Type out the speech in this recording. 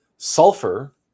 Sulfur